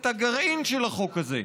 את הגרעין של החוק הזה,